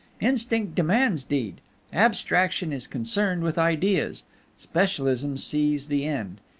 instinct demands deed abstraction is concerned with ideas specialism sees the end,